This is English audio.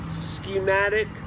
schematic